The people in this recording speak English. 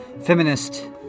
feminist